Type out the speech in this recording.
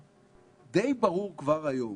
די ברור כבר היום